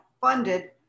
funded